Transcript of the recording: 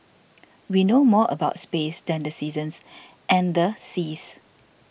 we know more about space than the seasons and the seas